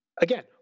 again